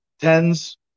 tens